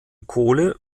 kohle